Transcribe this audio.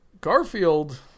Garfield